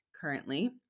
currently